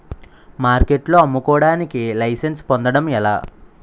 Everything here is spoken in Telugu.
మార్కెట్లో అమ్ముకోడానికి లైసెన్స్ పొందడం ఎలా?